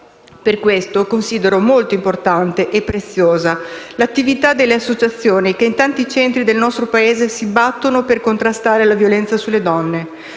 Per questo, considero molto importante e preziosa l'attività delle associazioni che in tanti centri del nostro Paese si battono per contrastare la violenza sulle donne.